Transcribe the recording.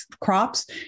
crops